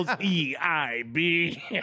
E-I-B